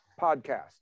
podcast